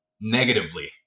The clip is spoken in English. negatively